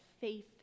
faith